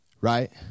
right